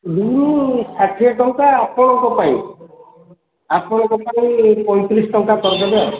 bin ଷାଠିଏ ଟଙ୍କା ଆପଣଙ୍କ ପାଇଁ ଆପଣଙ୍କ ପାଇଁ ପଇଁତିରିଶ ଟଙ୍କା କରିଦେବେ ଆଉ